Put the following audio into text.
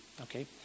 okay